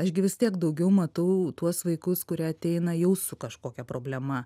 aš gi vis tiek daugiau matau tuos vaikus kurie ateina jau su kažkokia problema